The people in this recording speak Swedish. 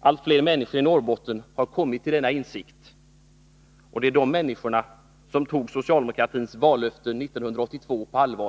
Allt fler människor i Norrbotten har kommit till denna insikt, och det är de människorna som tog socialdemokratins vallöfte 1982 på allvar.